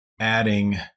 adding